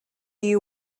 you